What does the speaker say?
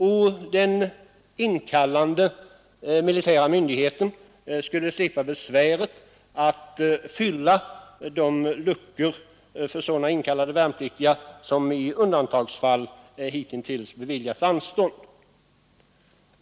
Och den inkallande militära myndigheten skulle slippa besväret att fylla luckorna efter sådana inkallade värnpliktiga som för närvarande i undantagsfall beviljas anstånd.